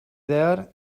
there